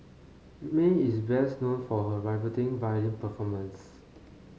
Mae is best known for her riveting violin performance